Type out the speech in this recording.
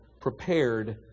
prepared